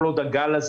כל עוד הגל הזה